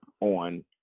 on